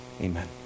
amen